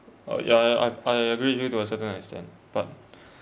uh yeah yeah I I agree with you to a certain extent but